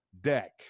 deck